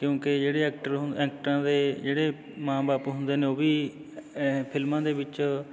ਕਿਉਂਕਿ ਜਿਹੜੇ ਐਕਟਰ ਐਕਟਰਾਂ ਦੇ ਜਿਹੜੇ ਮਾਂ ਬਾਪ ਹੁੰਦੇ ਨੇ ਉਹ ਵੀ ਫਿਲਮਾਂ ਦੇ ਵਿੱਚ